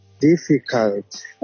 difficult